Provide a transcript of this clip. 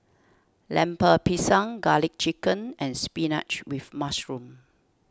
Lemper Pisang Garlic Chicken and Spinach with Mushroom